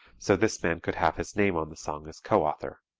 so this man could have his name on the song as co-author.